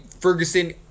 Ferguson